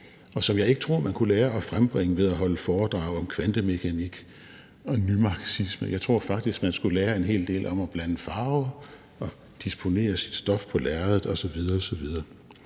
og som jeg ikke tror man kunne lære at frembringe ved at holde foredrag om kvantemekanik og nymarxisme. Jeg tror faktisk, man skulle lære en hel del om at blande farver og disponere sit stof på lærreder osv.